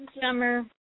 summer